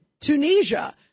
Tunisia